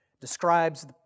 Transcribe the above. describes